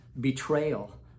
betrayal